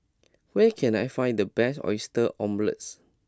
where can I find the best Oyster Omelette